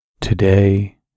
Today